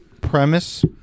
premise